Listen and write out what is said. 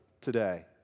today